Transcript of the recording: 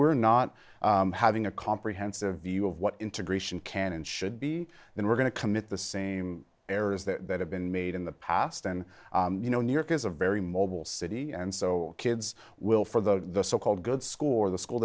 we're not having a comprehensive view of what integration can and should be then we're going to commit the same errors that have been made in the past and you know new york is a very mobile city and so kids will for the so called good school or the school